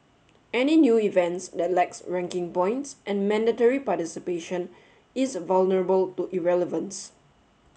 any new event that lacks ranking points and mandatory participation is vulnerable to irrelevance